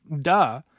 duh